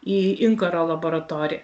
į inkaro laboratoriją